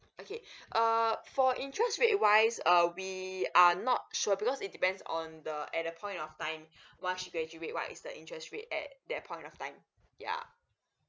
okay err for interest rate wise uh we are not sure because it depends on the at the point of time once she graduate what is the interest rate at that point of time yeah